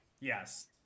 Yes